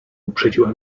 uprzedziła